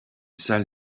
salle